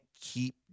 keep